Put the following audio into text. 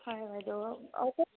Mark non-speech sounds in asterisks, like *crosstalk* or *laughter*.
হয় বাইদেউ *unintelligible*